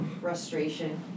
frustration